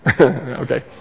Okay